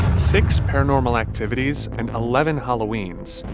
six paranormal activitys and eleven halloweens.